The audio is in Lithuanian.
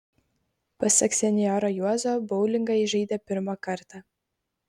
pasak senjoro juozo boulingą jis žaidė pirmą kartą